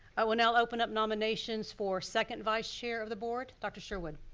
i will now open up nominations for second vice-chair of the board, dr. sherwood!